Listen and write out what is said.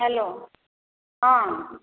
hello ହଁ